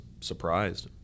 surprised